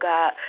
God